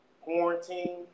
quarantine